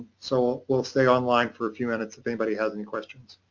so we'll stay online for a few minutes if anybody has any questions.